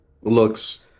looks